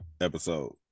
episode